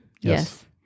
Yes